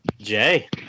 jay